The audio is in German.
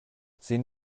sehen